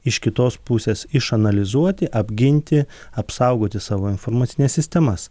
iš kitos pusės išanalizuoti apginti apsaugoti savo informacines sistemas